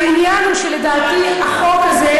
העניין הוא שלדעתי החוק הזה,